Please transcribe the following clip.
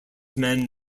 men